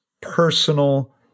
personal